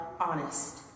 honest